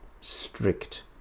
Strict